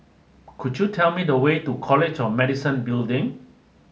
could you tell me the way to College of Medicine Building